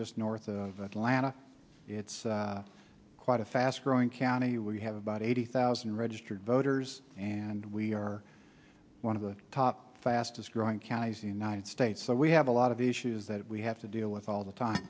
just north of atlanta it's quite a fast growing county we have about eighty thousand registered voters and we are one of the top fastest growing counties the united states so we have a lot of issues that we have to deal with all the time